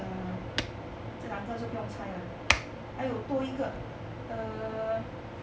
err 这两个就不用猜了还有多一个 err